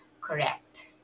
correct